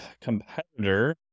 competitor